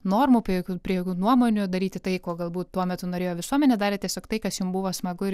normų be jokių priedų nuomonių daryti tai ko galbūt tuo metu norėjo visuomenė darė tiesiog tai kas jums buvo smagu ir